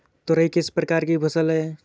तोरई किस प्रकार की फसल है?